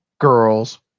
girl's